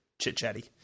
chit-chatty